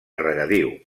regadiu